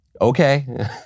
Okay